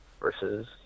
versus